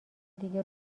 دیگه